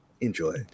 Enjoy